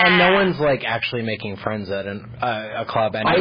and no one's like actually making friends at and a club. and